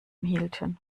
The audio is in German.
hielten